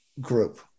group